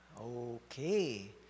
Okay